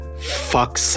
fuck